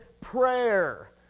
prayer